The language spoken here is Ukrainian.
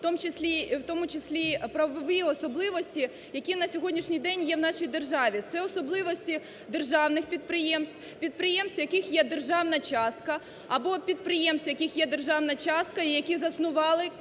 в тому числі правові особливості, які на сьогоднішній день є у нашій державі. Це особливості державних підприємств, підприємств, у яких є державна частка, або підприємств, у яких є державна частка і які заснували